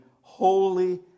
holy